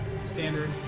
Standard